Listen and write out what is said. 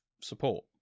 support